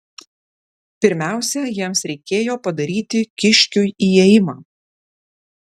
pirmiausia jiems reikėjo padaryti kiškiui įėjimą